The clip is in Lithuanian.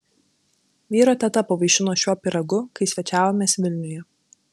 vyro teta pavaišino šiuo pyragu kai svečiavomės vilniuje